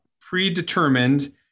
predetermined